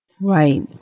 Right